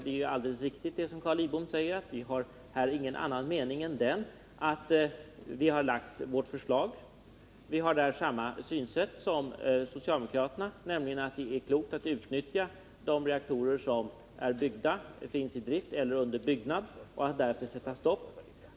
Men det är alldeles riktigt, som Carl Lidbom säger, att vi här inte har någon annan mening än den som framgår av vårt förslag. Vi har där samma synsätt som socialdemokraterna, nämligen att det är klokt att utnyttja de reaktorer som finns i drift eller är under byggnad och därefter stoppa.